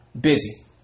busy